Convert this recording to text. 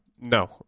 No